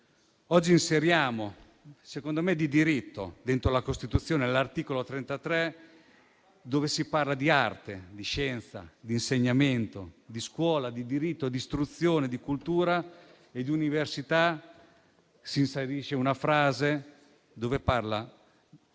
Oggi - secondo me di diritto - all'interno della Costituzione, all'articolo 33, nel quale si parla di arte, di scienza, di insegnamento, di scuola, di diritto, di istruzione, di cultura e di università, si inserisce una frase, che cito: